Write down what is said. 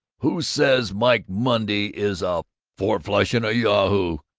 who says mike monday is a fourflush and a yahoo?